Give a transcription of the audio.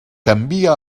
canvia